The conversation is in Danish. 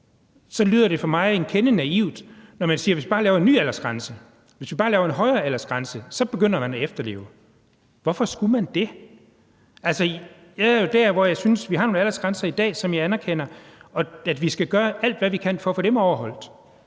Så lyder det for mig en kende naivt, når man siger, at hvis vi bare laver en ny aldersgrænse, at hvis vi bare sætter en højere aldersgrænse, så begynder man at efterleve det. Hvorfor skulle man det? Altså, jeg er jo der, hvor jeg synes, at vi har nogle aldersgrænser i dag, som jeg anerkender, og at vi skal gøre alt, hvad vi kan, for at få dem overholdt.